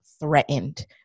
threatened